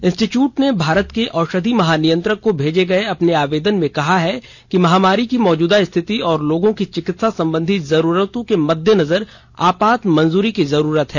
institute ने भारत के औषधि महानियंत्रक को भेजे गये अपने आवेदन में कहा है कि महामारी की मौजूदा स्थिति और लोगों की चिकित्सा संबंधी जरूरतों के मद्देनजर आपात मंजूरी की जरूरत है